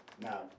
Now